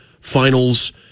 finals